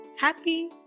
happy